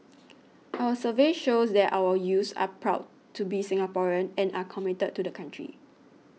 our surveys show that our youths are proud to be Singaporean and are committed to the country